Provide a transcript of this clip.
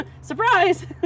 surprise